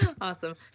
Awesome